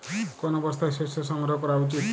কোন অবস্থায় শস্য সংগ্রহ করা উচিৎ?